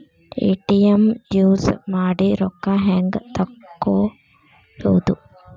ATM use ಮಾಡಿ ರೊಕ್ಕ ಹೆಂಗೆ ತಕ್ಕೊಳೋದು?